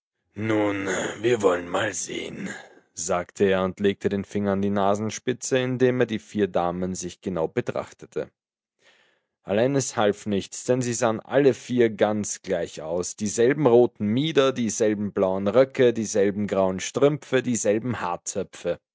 nun wir wollen mal sehen sagte er und legte den finger an die nasenspitze indem er die vier damen sich genau betrachtete allein es half ihm nichts denn sie sahen alle vier ganz gleich aus dieselben roten mieder dieselben blauen röcke dieselben grauen strümpfe dieselben